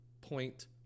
point